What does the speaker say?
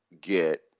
get